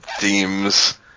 themes